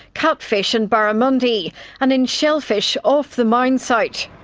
catfish and barramundi and in shellfish off the mine site.